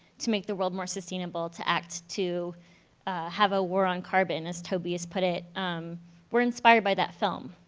to make the world more sustainable to act to have a war on carbon as toby has put it were inspired by that film.